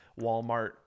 Walmart